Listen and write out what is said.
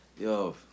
yo